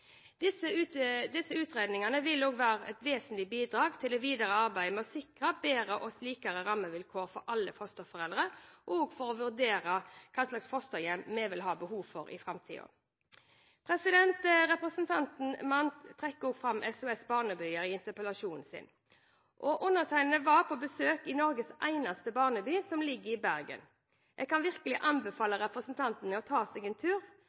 Disse utredningene vil også være et vesentlig bidrag i det videre arbeidet med å sikre bedre og likere rammevilkår for alle fosterforeldre og for å vurdere hva slags fosterhjem vi vil ha behov for i framtida. Representanten Mandt trekker fram SOS-barnebyer i interpellasjonen sin. Undertegnede var på besøk i Norges eneste barneby, som ligger i Bergen. Jeg kan virkelig anbefale representanten å ta seg en tur,